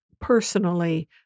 personally